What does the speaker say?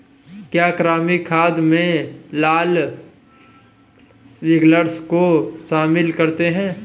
क्या कृमि खाद में लाल विग्लर्स को शामिल करते हैं?